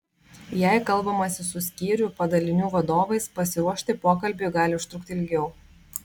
jei kalbamasi su skyrių padalinių vadovais pasiruošti pokalbiui gali užtrukti ilgiau